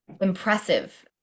impressive